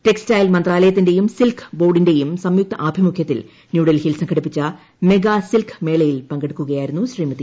ടെക്സ്റ്റൈയിൽ മന്ത്രാല്യത്തിന്റേയും സിൽക്ക് ബോർഡിന്റേയും സംയുക്താഭിമുഖ്യത്തിൽ ന്യൂഡൽഹിയിൽ സംഘടിപ്പിച്ച് മെഗാ സിൽക്ക് മേളയിൽ പങ്കെടുക്കുകയായിരുന്നു ശ്രീമതി